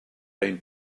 been